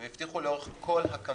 הם הבטיחו לאורך כל הקמפיין